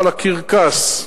על הקרקס.